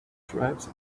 tribes